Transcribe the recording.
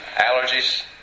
Allergies